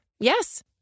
Yes